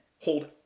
hold